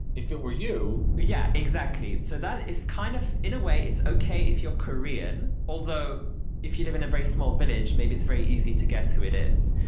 if it were you. yeah, exactly. so that is kind of in a way it's okay if you're korean, although if you live in a very small village, maybe it's very easy to guess who it is.